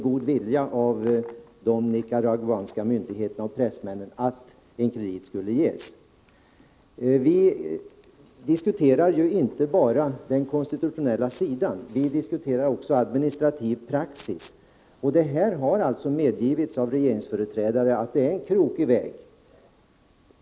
Det kan vara så, att de nicaraguanska myndigheterna och pressmännen gärna har velat göra denna tolkning. Vi diskuterar ju inte bara den konstitutionella sidan utan också administrativ praxis. Regeringsföreträdare har alltså medgivit att det här är fråga om en krokig väg.